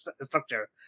structure